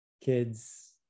kids